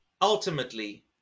ultimately